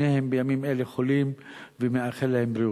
שניהם בימים אלה חולים ואני מאחל להם בריאות.